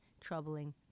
troubling